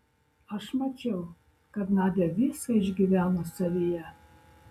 aš mačiau kad nadia viską išgyveno savyje